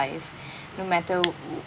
life no matter